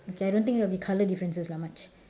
okay I don't think there will be colour differences lah much